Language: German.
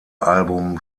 album